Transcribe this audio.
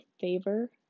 favor